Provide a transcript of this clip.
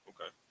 Okay